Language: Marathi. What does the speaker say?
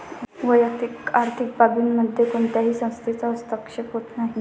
वैयक्तिक आर्थिक बाबींमध्ये कोणत्याही संस्थेचा हस्तक्षेप होत नाही